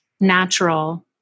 natural